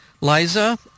Liza